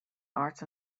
arts